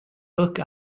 book